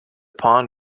pond